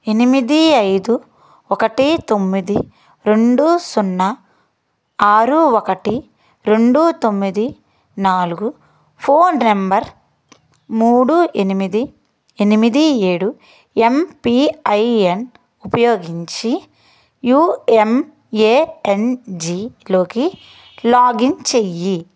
ఎనిమిది అయిదు ఒకటి తొమ్మిది రెండు సున్నా ఆరు ఒకటి రెండు తొమ్మిది నాలుగు ఫోన్ నెంబర్ మూడు ఎనిమిది ఎనిమిది ఏడు ఎంపిఐఎన్ ఉపయోగించి యూ ఎంఎఎన్జిలోకి లాగిన్ చెయ్యి